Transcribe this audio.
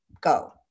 go